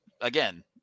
again